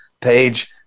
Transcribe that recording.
page